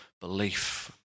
belief